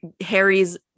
Harry's